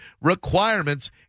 requirements